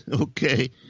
Okay